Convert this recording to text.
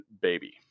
baby